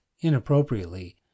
inappropriately